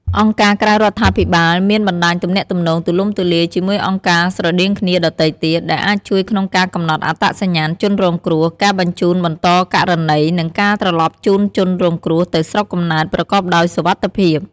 អង្គការក្រៅរដ្ឋាភិបាលមានបណ្ដាញទំនាក់ទំនងទូលំទូលាយជាមួយអង្គការស្រដៀងគ្នាដទៃទៀត ដែលអាចជួយក្នុងការកំណត់អត្តសញ្ញាណជនរងគ្រោះ ការបញ្ជូនបន្តករណី និងការត្រឡប់ជូនជនរងគ្រោះទៅស្រុកកំណើតប្រកបដោយសុវត្ថិភាព។